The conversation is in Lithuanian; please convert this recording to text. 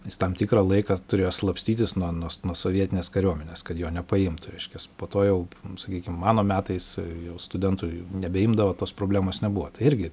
jis tam tikrą laiką turėjo slapstytis nuo nuo nuo sovietinės kariuomenės kad jo nepaimtų reiškias po to jau sakykim mano metais jau studentų nebeimdavo tos problemos nebuvo tai irgi